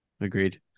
Agreed